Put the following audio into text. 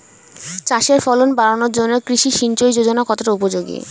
চাষের ফলন বাড়ানোর জন্য কৃষি সিঞ্চয়ী যোজনা কতটা উপযোগী?